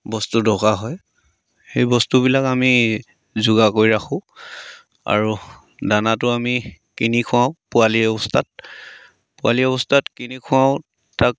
বস্তু দৰকাৰ হয় সেই বস্তুবিলাক আমি যোগাৰ কৰি ৰাখোঁ আৰু দানাটো আমি কিনি খুৱাওঁ পোৱালি অৱস্থাত পোৱালি অৱস্থাত কিনি খুৱাওঁ তাক